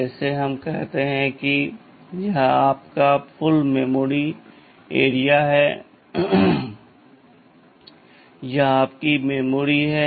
जैसे हम कहते हैं कि यह आपका कुल मेमोरी क्षेत्र है यह आपकी मेमोरी है